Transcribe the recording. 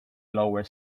lower